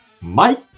Mike